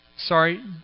Sorry